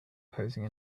posing